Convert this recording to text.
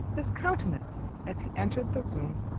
his countenance, as he entered the room,